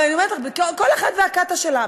אבל אני אומרת לך, כל אחד והקאטה שלה.